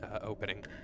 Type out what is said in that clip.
opening